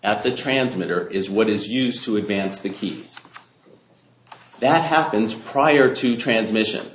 at the transmitter is what is used to advance the keys that happens prior to transmission